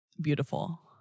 beautiful